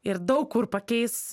ir daug kur pakeis